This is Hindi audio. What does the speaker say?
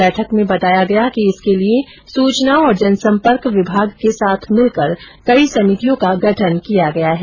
बैठक में बताया गया कि इसके लिये सूचना और जनसंपर्क विभाग के साथ मिलकर कई समितियों का गठन किया गया है